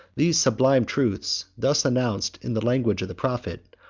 these sublime truths, thus announced in the language of the prophet,